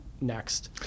next